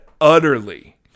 utterly